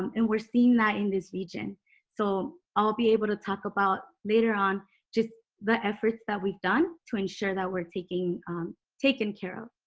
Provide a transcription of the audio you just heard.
and we're seeing that in this region so i'll be able to talk about later on just the efforts that we've done to ensure that we're taking um taken care of